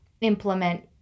implement